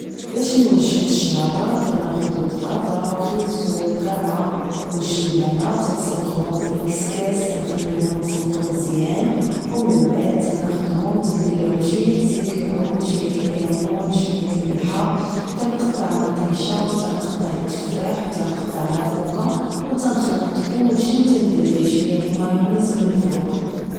باش نوجد الشلاضة كناخد البطاطا و خيزو و الكرعة و الجلبانة كنسلقوهم فالكسكاس نخليهم اسلقو مزيان و من بعد كناخدهم كنديرلهم شوية زيت العود شوية الكامون شوية الملحة كنقطع ماطيشة و كنقطع التفاح و كنقطع لافوكا تنخلط كلشي و تندير ليه شوية المايونيز من الفوق